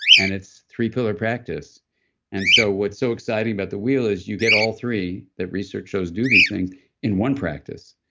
and it's three pillar practice and so what's so exciting about the wheel is that you get all three that research shows do these things in one practice,